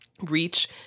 reach